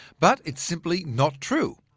but it's simply not true.